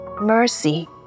mercy